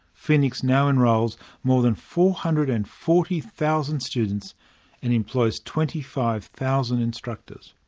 phoenix now enrols more than four hundred and forty thousand students and employs twenty five thousand instructors.